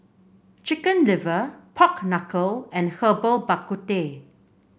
Chicken Liver Pork Knuckle and Herbal Bak Ku Teh